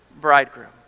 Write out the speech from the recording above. bridegroom